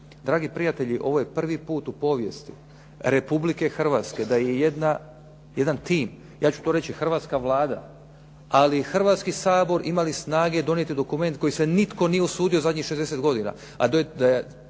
Dragi prijatelji, ovo je prvi put u povijesti Republike Hrvatske da je jedan tim, ja ću to reći hrvatska Vlada ali i Hrvatski sabor imali snage donijeti dokument koji se nitko nije usudio zadnjih 60 godina